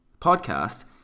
podcast